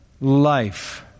life